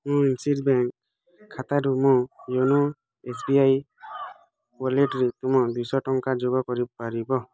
ମୋ ବ୍ୟାଙ୍କ୍ ଖାତାରୁ ମୋ ୟୋନୋ ଏସ୍ ବି ଆଇ ୱାଲେଟ୍ରେ ତୁମ ଦୁଇଶ ଟଙ୍କା ଯୋଗ କରିପାରିବ